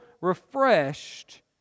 refreshed